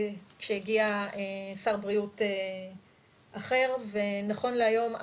כשהגיע שר בריאות אחר ונכון להיום,